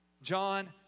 John